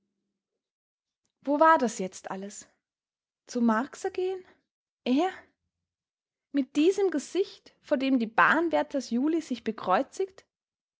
wo war das jetzt alles zur marcsa gehen er mit diesem gesicht vor dem die bahnwärters juli sich bekreuzigt